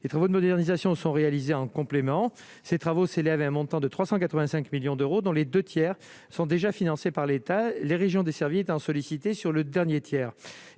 les travaux de modernisation sont réalisés en complément, ces travaux s'élève à un montant de 385 millions d'euros dans les 2 tiers sont déjà financés par l'État, les régions desservies tant sollicité sur le dernier tiers,